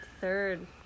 third